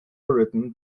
written